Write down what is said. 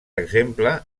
exemple